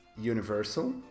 Universal